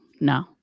no